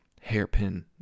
hairpin